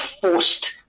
forced